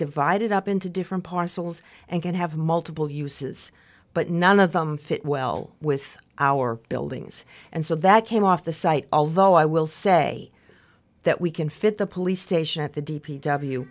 divided up into different parcels and can have multiple uses but none of them fit well with our buildings and so that came off the site although i will say that we can fit the police station at the d p w